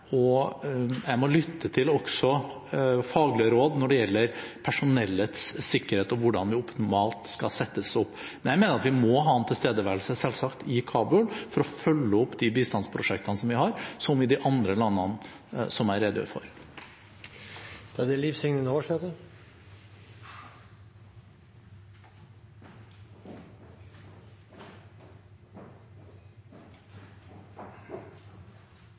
og jeg må også lytte til faglige råd når det gjelder personellets sikkerhet, og hvordan vi optimalt skal settes opp. Men jeg mener at vi må ha en tilstedeværelse – selvsagt – i Kabul for å følge opp de bistandsprosjektene som vi har, som i de andre landene som jeg redegjør for. Det er